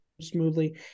smoothly